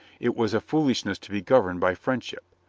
it was a foolishness to be governed by friendship.